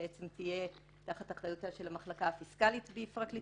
שתהיה תחת אחריותה של המחלקה הפיסקאלית בפרקליטות המדינה.